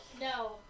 No